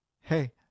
Hey